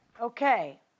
Okay